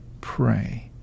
pray